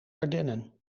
ardennen